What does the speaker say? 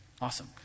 Awesome